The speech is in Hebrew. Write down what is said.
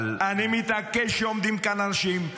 אבל --- אני מתעקש שעומדים כאן אנשים,